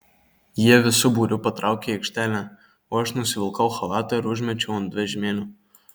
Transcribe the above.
jie visu būriu patraukė į aikštelę o aš nusivilkau chalatą ir užmečiau ant vežimėlio